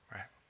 Right